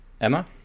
Emma